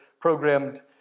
programmed